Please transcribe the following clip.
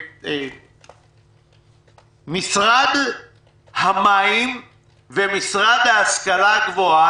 משרד המים והמשרד להשכלה גבוהה,